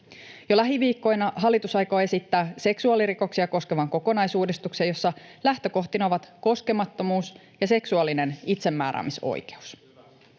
Jo lähiviikkoina hallitus aikoo esittää seksuaalirikoksia koskevan kokonaisuudistuksen, jossa lähtökohtina ovat koskemattomuus ja seksuaalinen itsemääräämisoikeus.